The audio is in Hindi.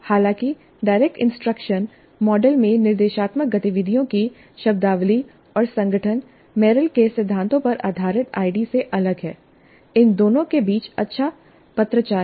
हालांकि डायरेक्ट इंस्ट्रक्शन मॉडल में निर्देशात्मक गतिविधियों की शब्दावली और संगठन मेरिल के सिद्धांतों पर आधारित आईडी से अलग है इन दोनों के बीच अच्छा पत्राचार है